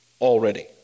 already